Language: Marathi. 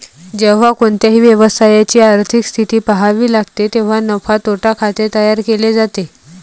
जेव्हा कोणत्याही व्यवसायाची आर्थिक स्थिती पहावी लागते तेव्हा नफा तोटा खाते तयार केले जाते